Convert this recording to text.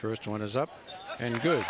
first one is up and good